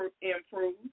improve